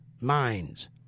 minds